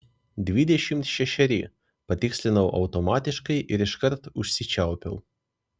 dvidešimt šešeri patikslinau automatiškai ir iškart užsičiaupiau